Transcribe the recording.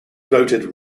voted